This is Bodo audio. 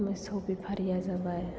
मोसौ बेफारिआ जाबाय